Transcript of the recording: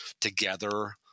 together